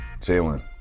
Jalen